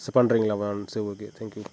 accept பண்ணுறீங்களா ma'am சரி okay thank you